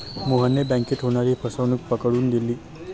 मोहनने बँकेत होणारी फसवणूक पकडून दिली